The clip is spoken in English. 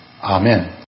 Amen